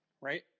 right